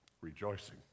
rejoicing